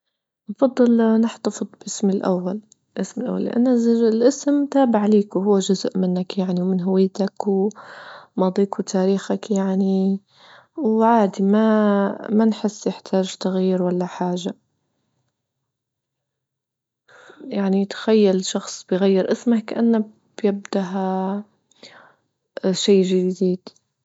نفضل نحتفظ بأسمى الأول الإسم الاول لان الإسم تابع ليك وهو جزء منك يعني ومن هويتك وماضيك وتاريخك يعني وعادى ما-ما نحس يحتاج تغيير ولا حاجة، يعني تخيل شخص بيغير أسمه كأنه بيدها شي جديد.